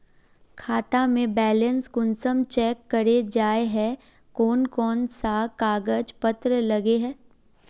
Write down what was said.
खाता में बैलेंस कुंसम चेक करे जाय है कोन कोन सा कागज पत्र लगे है?